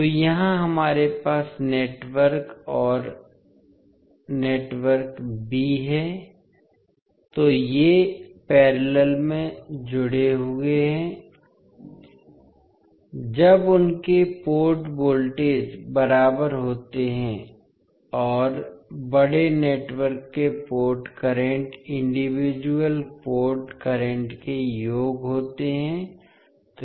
तो यहां हमारे पास नेटवर्क और नेटवर्क बी हैं तो ये पैरेलल में जुड़े होते हैं जब उनके पोर्ट वोल्टेज बराबर होते हैं और बड़े नेटवर्क के port current individual port current के योग होते हैं